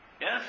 Yes